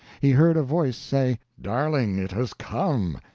he heard a voice say darling, it has come!